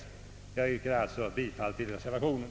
Jag yrkar alltså bifall till reservationen.